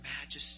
majesty